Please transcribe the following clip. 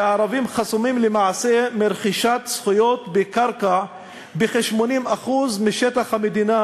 והערבים חסומים למעשה מרכישת זכויות בקרקע בכ-80% מהמדינה,